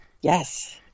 Yes